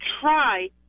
try